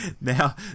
Now